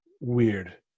weird